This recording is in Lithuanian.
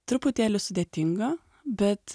truputėlį sudėtinga bet